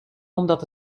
omdat